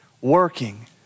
working